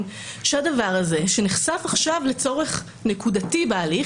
שהדבר הזה שנחשף עכשיו לצורך נקודתי בהליך,